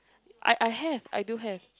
I I have I do have